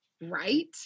right